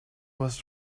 was